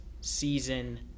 season